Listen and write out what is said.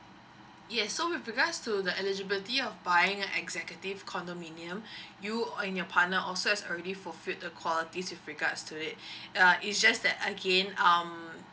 yes so with regards to the eligibility of buying executive condominium you and your partner also have already fulfilled the qualities with regards to it uh is just that again um